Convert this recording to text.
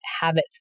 habits